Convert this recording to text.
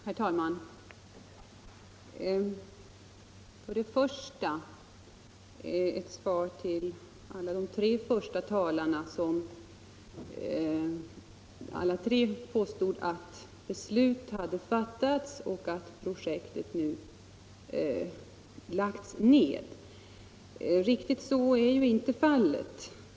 Herr talman! Jag vill börja med ett svar till de tre första talarna, som alla påstod att beslut hade fattats och att MUT-projektet nu lagts ned. Riktigt så är ju inte fallet.